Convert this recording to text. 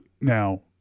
Now